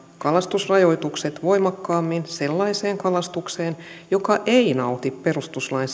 kalastusrajoitukset voimakkaammin sellaiseen kalastukseen joka ei nauti perustuslain